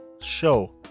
show